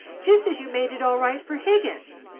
just as you made it all right for higgins.